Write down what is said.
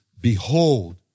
behold